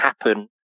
happen